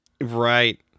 right